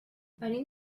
venim